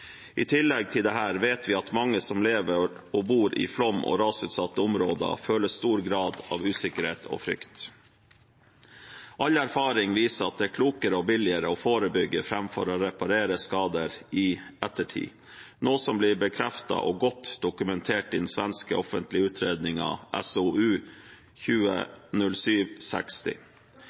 I tillegg til dette vet vi at mange som lever og bor i flom- og rasutsatte områder, føler stor grad av usikkerhet og frykt. All erfaring viser at det er klokere og billigere å forebygge enn å reparere skader i ettertid, noe som blir bekreftet og godt dokumentert i den svenske offentlige utredningen SOU